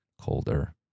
colder